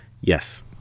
Yes